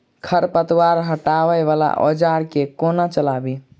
खरपतवार हटावय वला औजार केँ कोना चलाबी?